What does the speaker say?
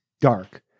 dark